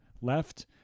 left